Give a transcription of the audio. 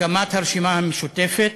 הקמת הרשימה המשותפת,